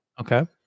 okay